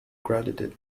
credited